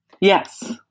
Yes